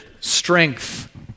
strength